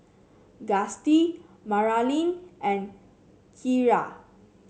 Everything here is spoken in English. Gustie Maralyn and Kiarra